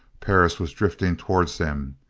perris was drifting towards them.